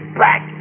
back